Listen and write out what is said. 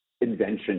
invention